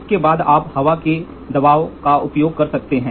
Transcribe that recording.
इसके बाद आप हवा के दबाव का उपयोग कर सकते हैं